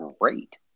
great